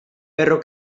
perro